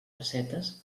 pessetes